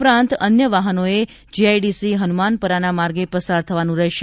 ઉપરાંત અન્ય વાહનોએ જીઆઇડીસી હનુમાનપરાના માર્ગે પસાર થવાનું રહેશે